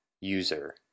user